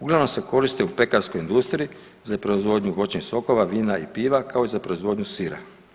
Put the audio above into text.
Uglavnom se koriste u pekarskoj industriji za proizvodnju voćnih sokova, vina i piva, kao i za proizvodnju sira.